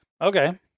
Okay